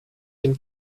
dem